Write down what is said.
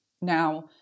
Now